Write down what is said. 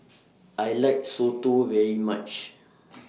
I like Soto very much